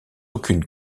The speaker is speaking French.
aucune